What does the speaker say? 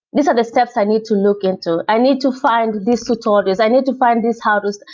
these are the steps i need to look into. i need to find these tutorials. i need to find these hardware.